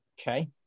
Okay